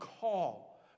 call